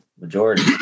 majority